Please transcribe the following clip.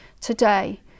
today